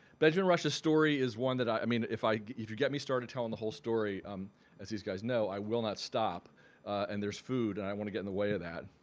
benjamin rush's story is one that i mean if i if you get me started telling the whole story um as these guys know i will not stop and there's food and i don't want to get in the way of that.